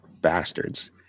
bastards